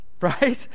Right